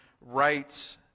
rights